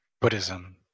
Buddhism